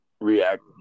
react